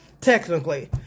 technically